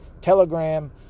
Telegram